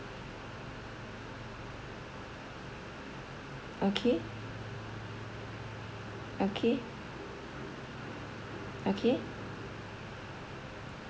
okay okay okay